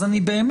אז אני באמת,